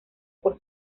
por